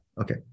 okay